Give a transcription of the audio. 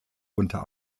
unter